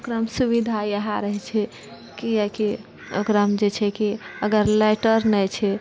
ओकरामे सुविधा इएह रहैत छै किआकि ओकरामे जे छै कि अगर लाइटर नहि छै